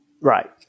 Right